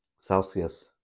Celsius